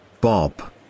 Bob